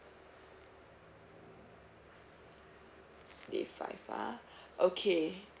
day five ah okay